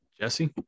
Jesse